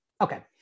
Okay